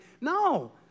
No